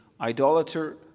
idolater